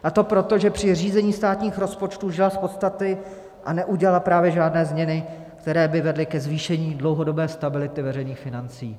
A to proto, že při řízení státních rozpočtů žila z podstaty a neudělala právě žádné změny, které by vedly ke zvýšení dlouhodobé stability veřejných financí.